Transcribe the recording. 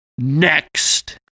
Next